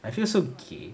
I feel so gay